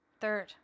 Third